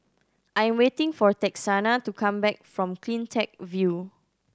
I'm waiting for Texanna to come back from Cleantech View